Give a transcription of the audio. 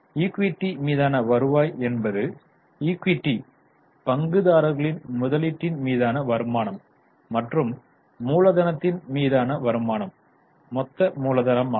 equity மீதான வருவாய் என்பது ஈக்விட்டி பங்குதாரர்களின் முதலீட்டின் மீதான வருமானம் மற்றும் மூலதனத்தின் மீதான வருமானம் மொத்த மூலதனமாகும்